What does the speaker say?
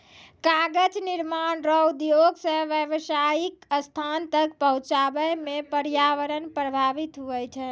कागज निर्माण रो उद्योग से व्यावसायीक स्थान तक पहुचाबै मे प्रर्यावरण प्रभाबित होय छै